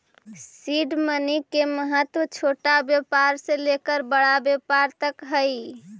seed money के महत्व छोटा व्यापार से लेकर बड़ा व्यापार तक हई